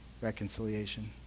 reconciliation